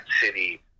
city